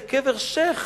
זה קבר שיח'.